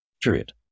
period